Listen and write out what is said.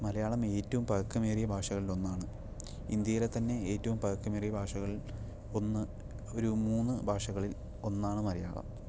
മലയാളം ഏറ്റവും പഴക്കമേറിയ ഭാഷകളിൽ ഒന്നാണ് ഇന്ത്യയിലെ തന്നെ ഏറ്റവും പഴക്കമേറിയ ഭാഷകളിൽ ഒന്ന് ഒരു മൂന്ന് ഭാഷകളിൽ ഒന്നാണ് മലയാളം